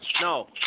no